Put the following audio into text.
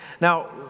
Now